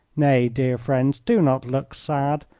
nay, dear friends, do not look sad,